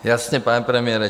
Jasně, pane premiére.